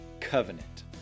covenant